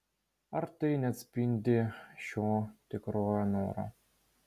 ar tai neatspindi šio tikrojo noro